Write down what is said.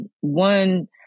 One